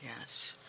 Yes